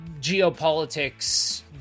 geopolitics